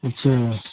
اچھا